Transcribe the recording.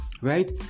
Right